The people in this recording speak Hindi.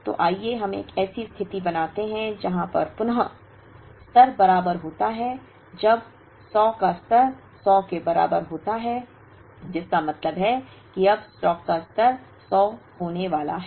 तो आइए हम एक ऐसी स्थिति बनाते हैं जहाँ पर पुन स्तर बराबर होता है जब 100 का स्तर 100 के बराबर होता है जिसका मतलब है कि जब स्टॉक का स्तर 100 होने वाला है